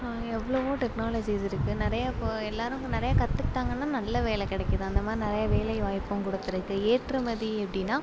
எவ்வளோவோ டெக்னாலஜிஸ் இருக்கு நிறையா இப்போ எல்லாரும் இன்னும் நிறையா கற்றுக்கிட்டாங்கன்னா நல்ல வேலை கிடைக்கிது அந்த மாதிரி நிறையா வேலைவாய்ப்பும் கொடுத்துருக்கு ஏற்றுமதி அப்படின்னா